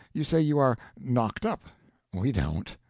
you say you are knocked up we don't.